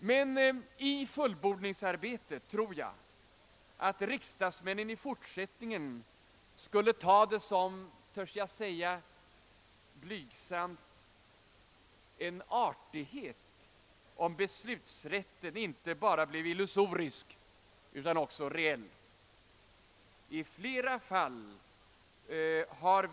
Men i fullbordningsarbetet tror jag att riksdagsmännen skulle ta det som — törs jag blygsamt säga det — en artighet, om beslutsrätten inte blev bara illusorisk utan också reell.